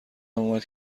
اومد